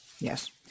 Yes